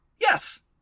Yes